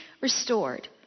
restored